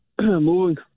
moving